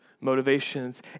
motivations